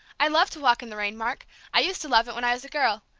i love to walk in the rain, mark i used to love it when i was a girl.